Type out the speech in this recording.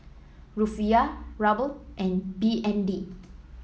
Rufiyaa Ruble and B N D